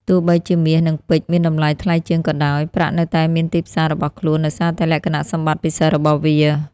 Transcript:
ទោះបីជាមាស និងពេជ្រមានតម្លៃថ្លៃជាងក៏ដោយ ប្រាក់នៅតែមានទីផ្សាររបស់ខ្លួន ដោយសារតែលក្ខណៈសម្បត្តិពិសេសរបស់វា។